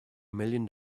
million